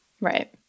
right